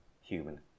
human